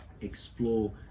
Explore